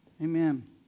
Amen